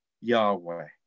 Yahweh